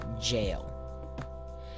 jail